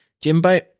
Jimbo